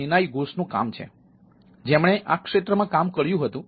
નિર્નાય ઘોષનું કામ છે જેમણે આ ક્ષેત્રમાં કામ કર્યું હતું